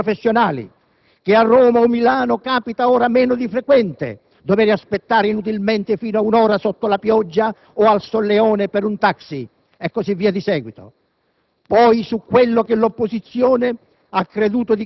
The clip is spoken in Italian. che si cominciano a smantellare le caste chiuse degli ordini professionali; che a Roma o a Milano capita ora meno di frequente dover aspettare inutilmente fino a un'ora sotto la pioggia o al solleone per un taxi; e così via di seguito.